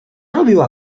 robiła